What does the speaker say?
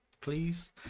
please